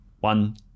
One